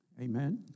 Amen